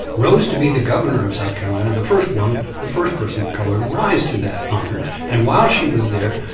rose to be the governor of south carolina, the first woman, the first person of color to rise to that honor and while she was there,